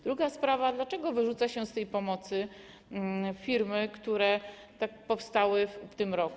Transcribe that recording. Druga sprawa: Dlaczego wyrzuca się z tej pomocy firmy, które powstały w tym roku?